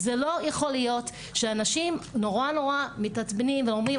זה לא יכול להיות שאנשים נורא נורא מתעצבנים ואומרים,